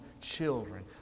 children